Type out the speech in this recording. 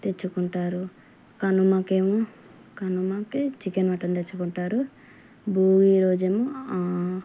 తెచ్చుకుంటారు కనుమకి ఏమో కనుమకి చికెన్ మటన్ తెచ్చుకుంటారు భోగి రోజు ఏమో